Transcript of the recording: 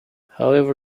however